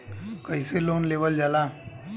कैसे लोन लेवल जाला?